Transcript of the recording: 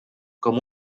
com